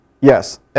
Yes